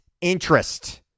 interest